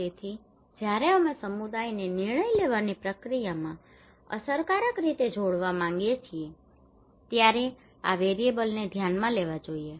તેથી જ્યારે અમે સમુદાયને નિર્ણય લેવાની પ્રક્રિયામાં અસરકારક રીતે જોડવા માંગીએ છીએ ત્યારે આ વેરીએબલને ધ્યાનમાં લેવા જોઈએ